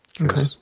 Okay